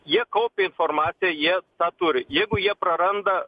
jie kaupia informaciją jie tą turi jeigu jie praranda